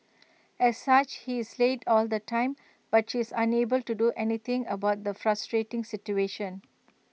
as such he is late all the time but she is unable to do anything about the frustrating situation